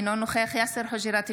אינו נוכח יאסר חוג'יראת,